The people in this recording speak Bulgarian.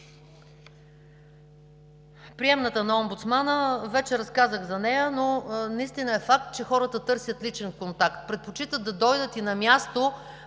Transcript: приемната на омбудсмана – вече разказах за нея, но наистина е факт, че хората търсят личен контакт, предпочитат да дойдат и на място